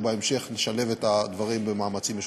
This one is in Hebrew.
ובהמשך נשלב את הדברים במאמצים משותפים.